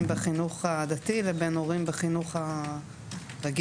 בחינוך הדתי לבין הורים בחינוך הרגיל,